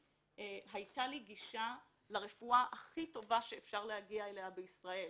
הייתה לי גישה לרפואה הכי טובה שאפשר להגיע אליה בישראל.